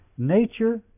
Nature